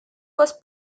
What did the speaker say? was